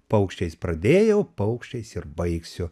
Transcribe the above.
paukščiais pradėjau paukščiais ir baigsiu